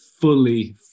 fully